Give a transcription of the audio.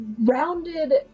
rounded